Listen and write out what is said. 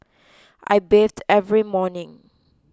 I bathe every morning